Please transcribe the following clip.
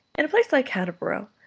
in a place like hatboro',